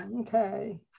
Okay